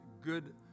good